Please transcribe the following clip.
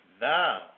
Now